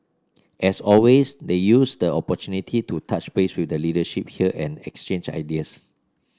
as always they used the opportunity to touch base with the leadership here and exchange ideas